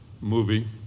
movie